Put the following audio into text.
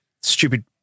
Stupid